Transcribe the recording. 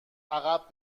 عقب